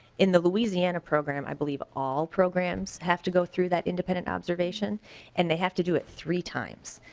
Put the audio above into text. in the louisiana program i believe all programs have to go through that independent observation and they have to do it three times.